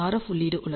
F உள்ளீடு உள்ளது